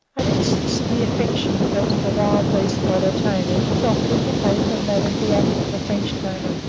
an instance of the affection felt for wild beasts by their tamers is offered in the case of madame bianca, the french tamer,